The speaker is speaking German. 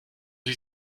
sie